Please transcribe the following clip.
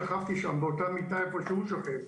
אני שכבתי במשך שמונה חודשים באותה מיטה שבה הוא שוכב.